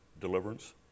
deliverance